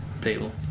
people